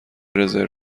رزرو